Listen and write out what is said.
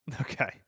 Okay